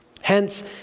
Hence